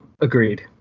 Agreed